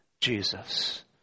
Jesus